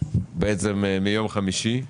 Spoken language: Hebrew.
בעצם מיום חמישי.